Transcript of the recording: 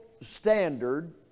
standard